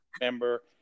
member